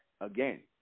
Again